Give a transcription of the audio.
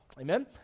amen